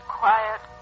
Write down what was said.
quiet